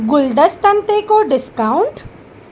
गुलदस्तनि ते को डिस्काउंट